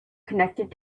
connected